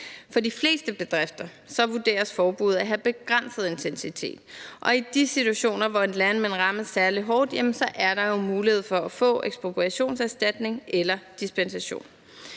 For de fleste bedrifters vedkommende vurderes forbuddet at have begrænset intensitet, og i de situationer, hvor en landmand rammes særlig hårdt, er der jo mulighed for at få ekspropriationserstatning eller dispensation.